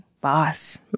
boss